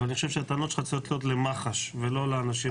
אבל אני חושב שהטענות שלך צריכות להיות למח"ש ולא לאנשים האלה.